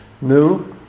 New